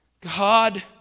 God